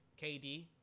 KD